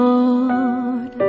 Lord